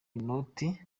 inoti